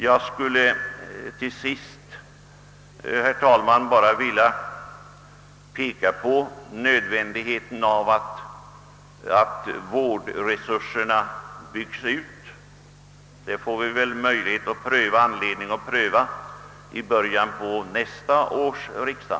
Jag skulle, herr talman, dock till sist vilja peka på nödvändigheten av att vårdresurserna byggs ut. Vi får väl tillfälle att diskutera detta i början på nästa års riksdag.